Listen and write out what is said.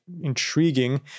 intriguing